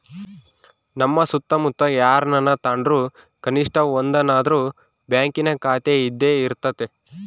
ನಮ್ಮ ಸುತ್ತಮುತ್ತ ಯಾರನನ ತಾಂಡ್ರು ಕನಿಷ್ಟ ಒಂದನಾದ್ರು ಬ್ಯಾಂಕಿನ ಖಾತೆಯಿದ್ದೇ ಇರರ್ತತೆ